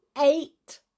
eight